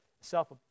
self